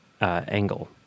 angle